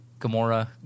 Gamora